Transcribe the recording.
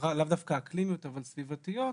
לאו דווקא אקלים אלא יותר סביבתיות,